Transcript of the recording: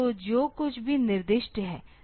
तो जो कुछ भी निर्दिष्ट है